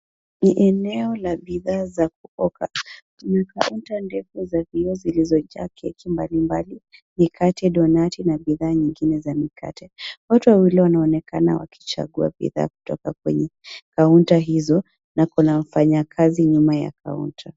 Ni eneo la bidhaa za kuoka. Kuna kaunta ndefu za vioo zilizojaa keki mbalimbali, mikate, donati na bidhaa nyingine za mikate. Watu wawili wanaonekana wakichagua bidhaa kutoka kwenye kaunta hizo na kuna mfanyakazi nyuma ya kaunta.